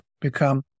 become